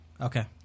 Okay